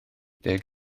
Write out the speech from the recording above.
deg